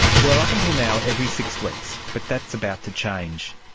well, up until now every six weeks, but that's about to change.